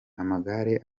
amagare